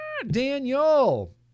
Daniel